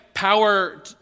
power